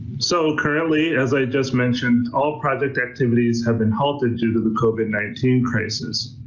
so currently, as i just mentioned, all project activities have been halted due to the covid nineteen crisis.